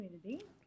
community